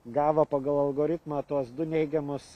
gavo pagal algoritmą tuos du neigiamus